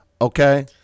okay